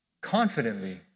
confidently